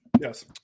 yes